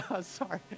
Sorry